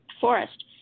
forest